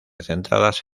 centradas